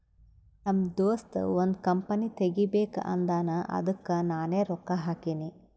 ನಮ್ ದೋಸ್ತ ಒಂದ್ ಕಂಪನಿ ತೆಗಿಬೇಕ್ ಅಂದಾನ್ ಅದ್ದುಕ್ ನಾನೇ ರೊಕ್ಕಾ ಹಾಕಿನಿ